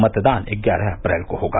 मतदान ग्यारह अप्रैल को होगा